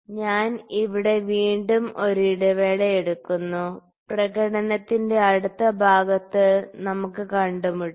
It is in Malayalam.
ഞാൻ ഇവിടെ വീണ്ടും ഒരു ഇടവേള എടുക്കുന്നു പ്രകടനത്തിന്റെ അടുത്ത ഭാഗത്ത് നമുക്ക് കണ്ടുമുട്ടാം